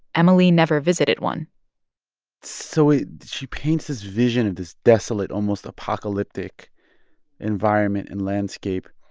emily never visited one so she paints this vision of this desolate, almost apocalyptic environment and landscape.